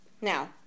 Now